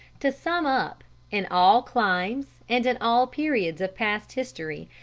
to sum up in all climes and in all periods of past history,